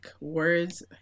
Words